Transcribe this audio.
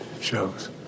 shows